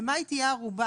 למה היא תהיה ערובה?